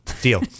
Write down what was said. deal